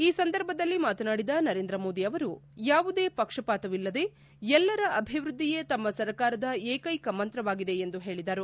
ಈ ಸಂದರ್ಭದಲ್ಲಿ ಮಾತನಾಡಿದ ನರೇಂದ್ರ ಮೋದಿ ಅವರು ಯಾವುದೇ ಪಕ್ಷಪಾತವಿಲ್ಲದೆ ಎಲ್ಲರ ಅಭಿವೃದ್ಧಿಯೇ ತಮ್ಮ ಸರಕಾರದ ಏಕೈಕ ಮಂತ್ರವಾಗಿದೆ ಎಂದು ಹೇಳಿದರು